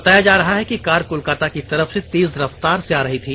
बताया जा रहा है की कार कोलकाता की तरफ से तेज रफतार से आ रही थी